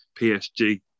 PSG